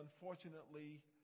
unfortunately